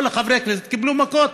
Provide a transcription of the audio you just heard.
כל חברי הכנסת קיבלו מכות.